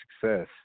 success